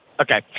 Okay